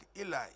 Eli